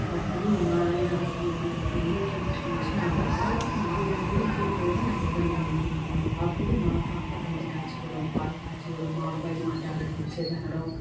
అప్పుడు మా ఆయన హాస్పిటల్కి తీసుకెళ్ళి చూపిచ్చుకొని వచ్చినా కూడా తరవాత నాలుగైదు రోజులు కోలుకునేదానికి నాకు ఇబ్బంది పడింది అప్పుడు మా పాప గంజి కాచివ్వడం పాలు కాచివ్వడం మా అబ్బాయి మా ట్యాబ్లేట్ తెచ్చేదా అనడం నాకు